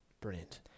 Brilliant